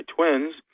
twins